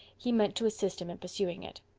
he meant to assist him in pursuing it.